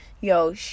yo